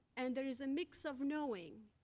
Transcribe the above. and there is a mix of knowing,